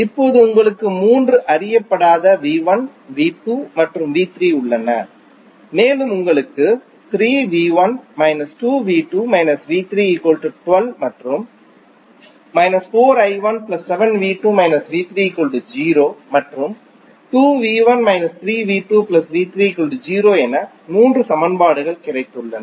இப்போது உங்களுக்கு மூன்று அறியப்படாத மற்றும் உள்ளன மேலும் உங்களுக்கு மற்றும் மற்றும் என மூன்று சமன்பாடுகள் கிடைத்துள்ளன